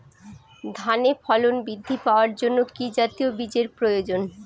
ধানে ফলন বৃদ্ধি পাওয়ার জন্য কি জাতীয় বীজের প্রয়োজন?